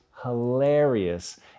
hilarious